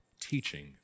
teaching